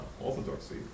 orthodoxy